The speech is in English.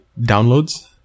downloads